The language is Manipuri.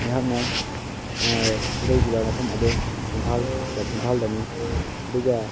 ꯑꯩꯍꯥꯛꯅ ꯏꯔꯣꯏꯈꯤꯕ ꯃꯐꯝ ꯑꯗꯨ ꯏꯝꯐꯥꯜꯗꯅꯤ ꯑꯗꯨꯒ